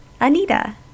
Anita